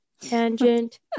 tangent